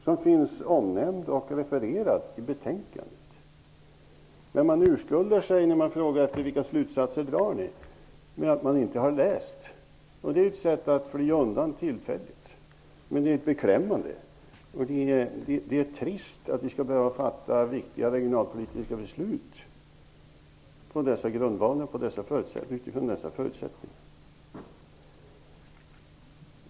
Den finns omnämnd och refererad i betänkandet. När man frågar efter vilka slutsatser som ni drar, urskuldar ni er med att ni inte har läst rapporten. Det är ett sätt att tillfälligt fly undan. Det är beklämmande och trist att vi skall behöva fatta viktiga regionalpolitiska beslut på dessa grundvalar och utifrån dessa förutsättningar.